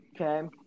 okay